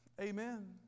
Amen